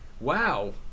wow